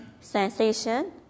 sensation